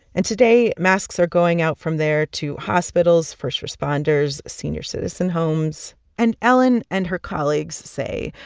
and today, masks are going out from there to hospitals, first responders, senior citizen homes and ellen and her colleagues say,